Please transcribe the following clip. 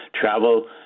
travel